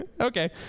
Okay